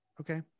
okay